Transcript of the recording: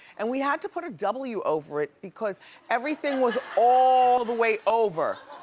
and we had to put a w over it because everything was all the way over.